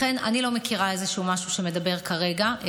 לכן אני לא מכירה איזשהו משהו שמדבר כרגע,